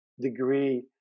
degree